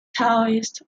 taoist